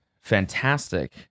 fantastic